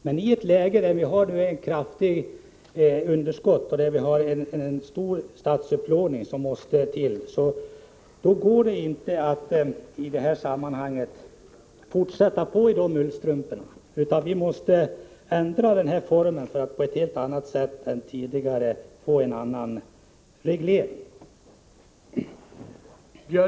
Men i ett läge där underskottet är kraftigt och statsupplåningen stor kan man inte gå på i ullstrumporna, utan vi måste ändra formen för upplåning och placering av statspapper.